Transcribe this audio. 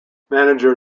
manager